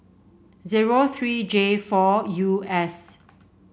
zero three J four U S